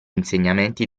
insegnamenti